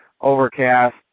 overcast